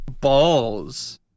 balls